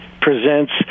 presents